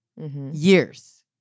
Years